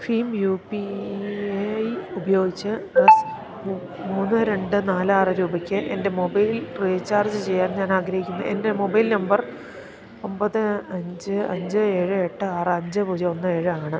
Bhim U P I ഉപയോഗിച്ച് R S മൂന്ന് രണ്ട് നാല് ആറ് രൂപയ്ക്ക് എൻ്റെ മൊബൈൽ റീചാർജ് ചെയ്യാൻ ഞാനാഗ്രഹിക്കുന്നു എൻ്റെ മൊബൈൽ നമ്പർ ഒമ്പത് അഞ്ച് അഞ്ച് ഏഴ് എട്ട് ആറ് അഞ്ച് പൂജ്യം ഒന്ന് ഏഴാണ്